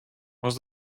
was